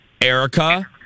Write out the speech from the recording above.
Erica